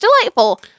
delightful